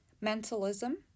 Mentalism